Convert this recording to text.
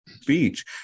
speech